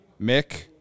mick